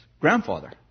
grandfather